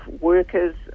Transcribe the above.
workers